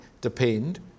depend